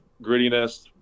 grittiness